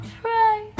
pray